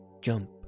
jump